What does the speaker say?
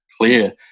clear